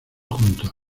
juntos